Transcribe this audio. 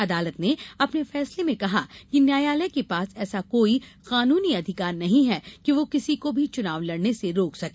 अदालत ने अपने फैसले में कहा कि न्यायालय के पास ऐसा कोई कानूनी अधिकार नहीं है कि वह किसी को भी चुनाव लड़ने से रोक सके